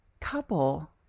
couple